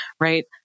Right